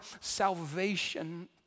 salvation